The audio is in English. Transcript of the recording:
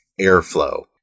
Airflow